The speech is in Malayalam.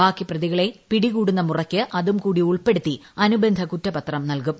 ബാക്കി പ്രതികളെ പിടികൂടുന്ന മുറയ്ക്ക് അതുംകൂടി ഉൾപ്പെടുത്തി അനുബന്ധ കുറ്റപത്രം നൽകും